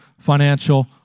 financial